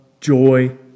joy